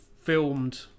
filmed